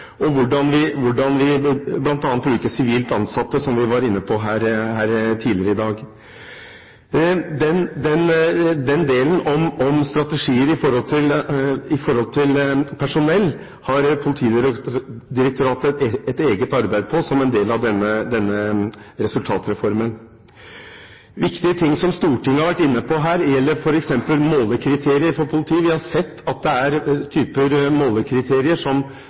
og hvordan vi bl.a. bruker sivilt ansatte, som vi var inne på her tidligere i dag. Strategier når det gjelder personell, har Politidirektoratet et eget arbeid med som en del av resultatreformen. Viktige ting som Stortinget har vært inne på her, gjelder f.eks. målekriterier for politiet. Vi har sett at det er noen typer målekriterier som